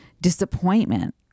disappointment